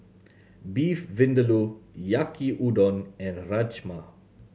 Beef Vindaloo Yaki Udon and Rajma